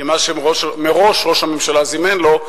כי מה שמראש ראש הממשלה זימן לו,